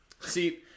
See